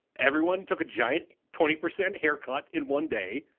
everyone took a giant twenty percent haircut in one day,